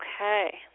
Okay